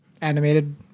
animated